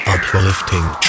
Uplifting